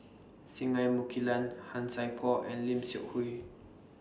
Singai Mukilan Han Sai Por and Lim Seok Hui